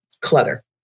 clutter